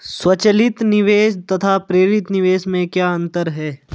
स्वचालित निवेश तथा प्रेरित निवेश में क्या अंतर है?